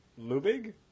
Lubig